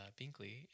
binkley